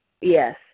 Yes